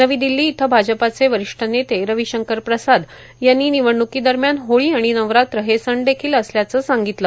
नवी दिल्ली इथं आज भाजपाचे वरिष्ठ नेते रविशंकर प्रसाद यांनी निवडणुकीदरम्यान होळी आणि नवरात्र हे सण देखील असल्याचं सांगितलं